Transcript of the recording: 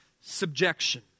subjection